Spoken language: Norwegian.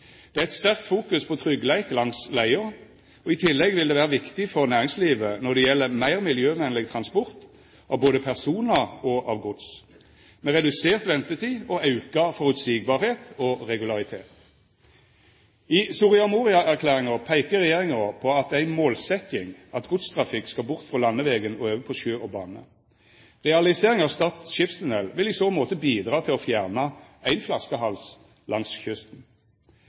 Det er eit sterkt fokus på tryggleik langs leia. I tillegg vil det vera viktig for næringslivet når det gjeld ein meir miljøvenleg transport av både personar og gods, med redusert ventetid, auka føreseielegheit og regularitet. I Soria Moria-erklæringa peikar regjeringa på at det er ei målsetjing at godstrafikken skal bort frå landevegen og over på sjø og bane. Realisering av Stad skipstunnel vil i så måte bidra til å fjerna ein flaskehals langs kysten.